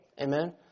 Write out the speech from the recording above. amen